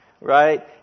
Right